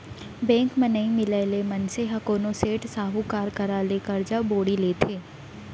bank म नइ मिलय ले मनसे ह कोनो सेठ, साहूकार करा ले करजा बोड़ी लेथे